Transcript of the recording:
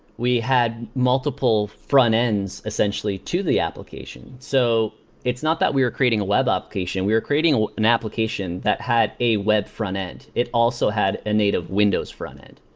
we had multiple frontends, essentially, to the application. so it's not that we're creating a web application. we are creating an application that had a web frontend. it also had a native windows frontend.